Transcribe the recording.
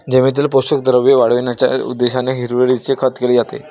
जमिनीतील पोषक द्रव्ये वाढविण्याच्या उद्देशाने हिरवळीचे खत केले जाते